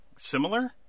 Similar